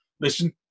listen